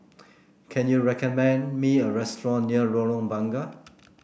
can you recommend me a restaurant near Lorong Bunga